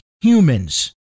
humans